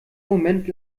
moment